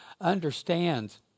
understands